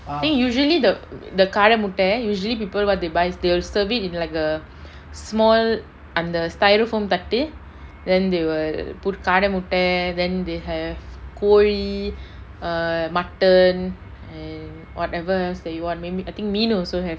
think usually the the kada mutta usually people what they buy is they will serve it in like the small அந்த:antha styrofoam thattu then they will put kada mutta then they have koli err mutton and whatever else that you want I think meenu also have